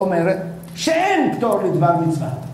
אומרת שאין פטור לדבר מצווה.